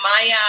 Maya